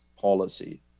policy